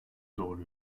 doğru